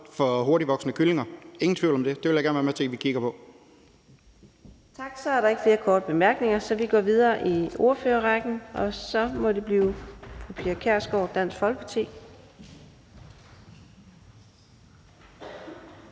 for hurtigtvoksende kyllinger, ingen tvivl om det. Det vil jeg gerne være med til at vi kigger på. Kl. 15:37 Fjerde næstformand (Karina Adsbøl): Tak. Så er der ikke flere korte bemærkninger, så vi går videre i ordførerrækken. Så må det blive fru Pia Kjærsgaard, Dansk Folkeparti.